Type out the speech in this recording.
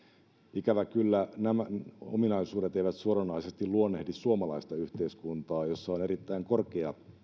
ikävä kyllä nämä ominaisuudet eivät suoranaisesti luonnehdi suomalaista yhteiskuntaa jossa on erittäin korkea